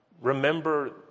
Remember